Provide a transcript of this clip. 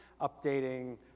updating